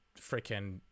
freaking